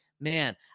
man